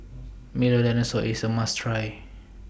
Milo Dinosaur IS A must Try